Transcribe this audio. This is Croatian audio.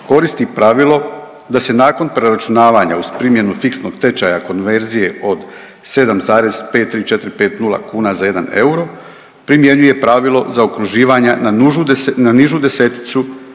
koristi pravilo da se nakon preračunavanja uz primjenu fiksnog tečajna konverzije od 7,53450 kuna za jedan euro primjenjuje pravilo zaokruživanja na nižu deseticu